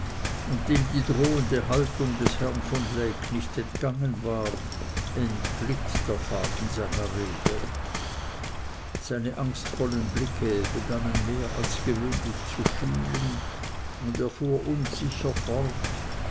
und dem die drohende haltung des herrn von lecques nicht entgangen war englitt der faden seiner rede seine angstvollen blicke begannen mehr als gewöhnlich zu schielen und er fuhr unsicher fort